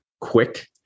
quick